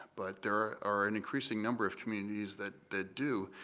but there are an increasing number of communities that that do,